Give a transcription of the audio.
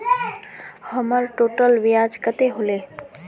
हमर टोटल ब्याज कते होले?